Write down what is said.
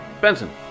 Benson